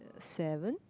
seven